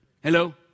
Hello